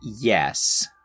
Yes